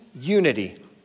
unity